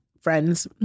friends